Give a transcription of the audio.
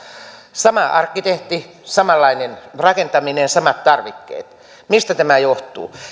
sama arkkitehti samanlainen rakentaminen samat tarvikkeet mistä tämä johtuu